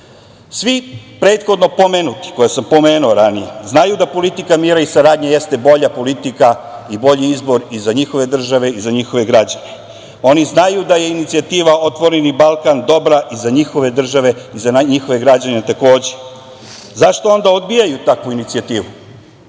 prethodno pomenuti, koje sam pomenuo ranije, znaju da politika mira i saradnje jeste bolja politika i bolji izbor i za njihove države i za njihove građane. Oni znaju da je inicijativa "Otvoreni Balkan" dobra i za njihove države i za njihove građane takođe. Zašto onda odbijaju takvu inicijativu?